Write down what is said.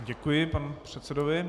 Děkuji panu předsedovi.